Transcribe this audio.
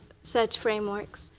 such frameworks.